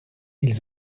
ils